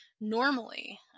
normally